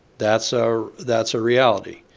that's ah that's a reality.